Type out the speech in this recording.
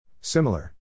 Similar